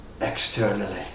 externally